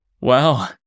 Wow